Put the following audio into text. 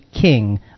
king